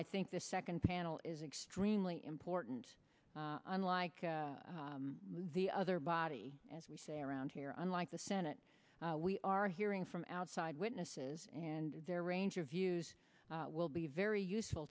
i think the second panel is extremely important unlike the other body as we say around here unlike the senate we are hearing from outside witnesses and their range of views will be very useful